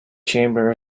chamber